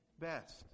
best